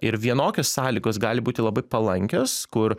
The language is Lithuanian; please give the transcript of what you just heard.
ir vienokios sąlygos gali būti labai palankios kur